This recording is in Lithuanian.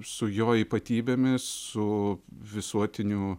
su jo ypatybėmis su visuotiniu